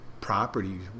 properties